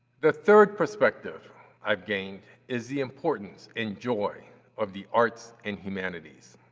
the third perspective i've gained is the importance and joy of the arts and humanities.